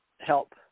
help